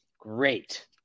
great